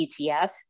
ETF